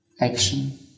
action